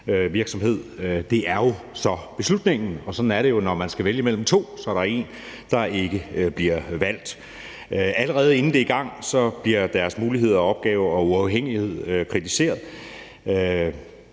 tilsynsvirksomhed. Det er jo så beslutningen, og sådan er det jo, når man skal vælge mellem to, så er der en, der ikke bliver valgt. Allerede inden det er i gang, bliver deres muligheder og opgaver og uafhængighed kritiseret.